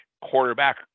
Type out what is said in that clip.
quarterback